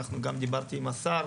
דיברתי גם עם השר,